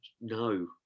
no